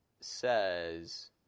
says